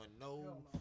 no